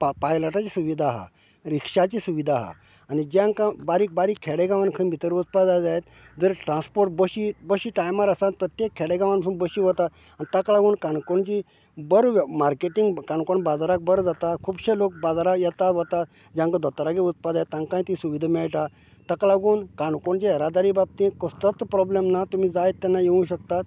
पा पायलटाची सुविधा आहा रिक्शाची सुविधा आहा आनीक जेकां बारीक बारीक खेडेगावांनी खंय भितर वचपाक जाय जायत जर ट्रान्सपोर्ट बशी बशी टायमार आसात प्रत्येक खेडेगावानसून बशी वतात आनी ताका लागून काणकोणची बरे मार्केटींग काणकोण बाजराक बरें जाता खुबशे लोक बाजरा येता वता जेंका दोतोरागेर वचपाक जाय तांकांय ती सुविधा मेळटा ताका लागून काणकोणचे येरादारी बाबतीत कसलोत प्रोब्लम ना तुमी जाय तेन्ना येवूं शकतात